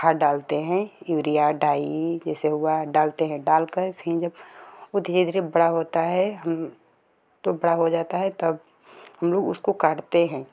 त खाद डालते हैं यूरिया डाई जैसे हुआ डालते हैं डाल कर फिर जब वो धीरे धीरे बड़ा होता है तो बड़ा हो जाता है तब हम लोग उसको काटते हैं